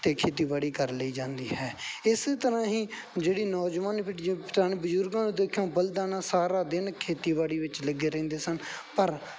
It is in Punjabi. ਅਤੇ ਖੇਤੀਬਾੜੀ ਕਰ ਲਈ ਜਾਂਦੀ ਹੈ ਇਸ ਤਰ੍ਹਾਂ ਹੀ ਜਿਹੜੀ ਨੌਜਵਾਨ ਬਜ਼ੁਰਗਾਂ ਨੂੰ ਦੇਖਿਆਂ ਬਲਦਾਂ ਨਾਲ ਸਾਰਾ ਦਿਨ ਖੇਤੀਬਾੜੀ ਵਿੱਚ ਲੱਗੇ ਰਹਿੰਦੇ ਸਨ ਪਰ